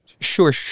sure